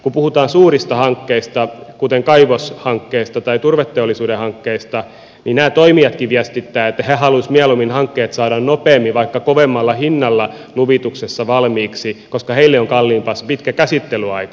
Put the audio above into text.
kun puhutaan suurista hankkeista kuten kaivoshankkeista tai turveteolli suuden hankkeista niin nämä toimijatkin viestittävät että he haluaisivat mieluummin hankkeet saada nopeammin vaikka kovemmalla hinnalla luvituksessa valmiiksi koska heille on kalliimpaa se pitkä käsittelyaika